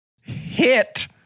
hit